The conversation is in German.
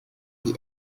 die